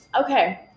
Okay